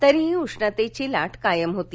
तरीही उष्णतेची लाट कायम होती